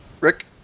Rick